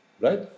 right